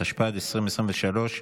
התשפ"ד 2023,